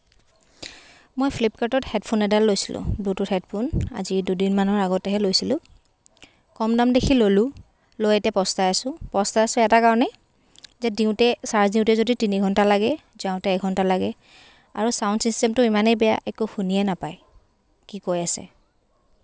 মই ফ্লিপকাৰ্টত হেডফোন এডাল লৈছিলোঁ ব্লোটুথ হেডফোন আজি দুদিনমানৰ আগতেহে লৈছিলোঁ কম দাম দেখি ল'লোঁ লৈ এতিয়া পস্তাই আছোঁ পস্তাই আছোঁ এটা কাৰণেই যে দিওঁতে চাৰ্জ দিওঁতে যদি তিনি ঘণ্টা লাগে যাওঁতে এঘণ্টা লাগে আৰু চাউণ্ড চিষ্টেমটো ইমানেই বেয়া একো শুনিয়েই নাপায় কি কৈ আছে